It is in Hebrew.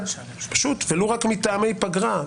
ולו רק מטעמי פגרה,